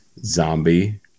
Zombie